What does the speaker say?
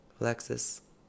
Alexis